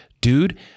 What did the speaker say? dude